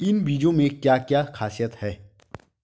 इन बीज में क्या क्या ख़ासियत है?